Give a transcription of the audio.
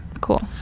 Cool